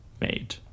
made